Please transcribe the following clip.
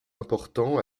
importants